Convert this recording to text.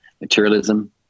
materialism